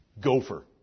Gopher